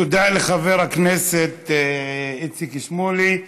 תודה לחבר הכנסת איציק שמולי.